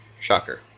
Shocker